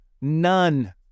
None